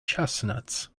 chestnuts